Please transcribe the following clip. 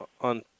on